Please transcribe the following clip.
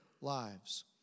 lives